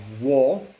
War